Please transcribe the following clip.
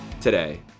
today